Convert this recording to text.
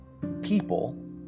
People